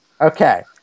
Okay